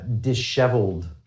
disheveled